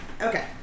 Okay